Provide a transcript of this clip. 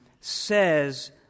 says